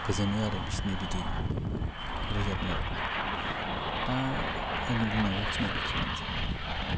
गोजोनो आरो बिसिनि बिदि रोजाबनायाव दा आंनि बुंनांगौखिनिया बेखिनियानोसै